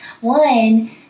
One